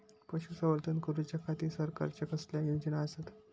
पशुसंवर्धन करूच्या खाती सरकारच्या कसल्या योजना आसत?